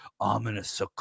ominous